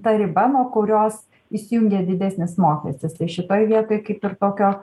ta riba nuo kurios įsijungia didesnis mokestis tai šitoj vietoj kaip ir tokio